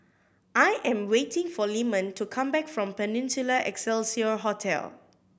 I am waiting for Leamon to come back from Peninsula Excelsior Hotel